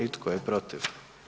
I tko je protiv?